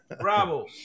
Bravo